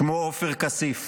שמו עופר כסיף.